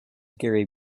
gary